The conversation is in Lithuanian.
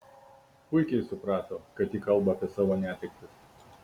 puikiai suprato kad ji kalba apie savo netektis